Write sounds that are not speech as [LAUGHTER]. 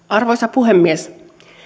[UNINTELLIGIBLE] arvoisa puhemies